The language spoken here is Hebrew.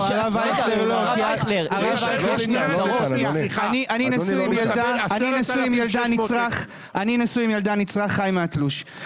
אני נשוי עם ילדה ונצרך, וחי מהתלוש.